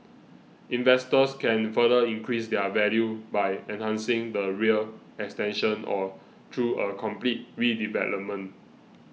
investors can further increase their value by enhancing the rear extension or through a complete redevelopment